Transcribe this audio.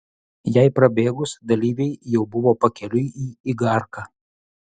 jai prabėgus dalyviai jau buvo pakeliui į igarką